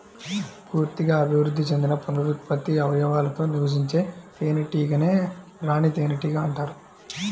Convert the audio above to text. పూర్తిగా అభివృద్ధి చెందిన పునరుత్పత్తి అవయవాలతో నివసించే తేనెటీగనే రాణి తేనెటీగ అంటారు